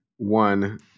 One